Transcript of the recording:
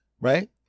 right